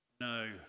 no